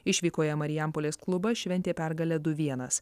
išvykoje marijampolės klubas šventė pergalę du vienas